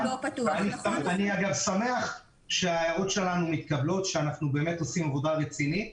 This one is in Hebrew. אני גם שמח שההערות שלנו מתקבלות ואנחנו עושים עבודה רצינית,